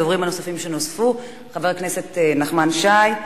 הדוברים שנוספו: חבר הכנסת נחמן שי,